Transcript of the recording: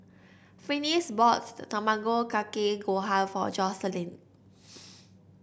Finis bought Tamago Kake Gohan for Joycelyn